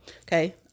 Okay